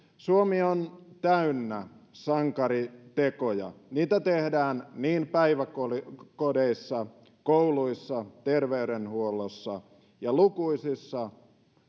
suomi on täynnä sankaritekoja niitä tehdään niin päiväkodeissa kouluissa terveydenhuollossa ja lukuisissa